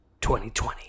2020